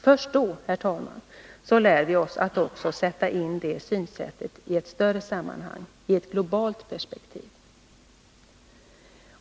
Först då, herr talman, lär vi oss att också sätta in det synsättet i ett större sammanhang, i ett globalt perspektiv.